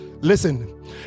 listen